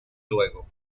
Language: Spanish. luego